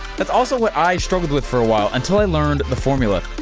that's also what i struggled with for a while, until i learned the formula.